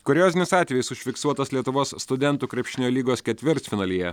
kuriozinis atvejis užfiksuotas lietuvos studentų krepšinio lygos ketvirtfinalyje